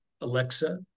Alexa